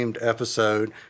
episode